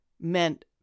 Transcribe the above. meant